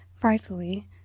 frightfully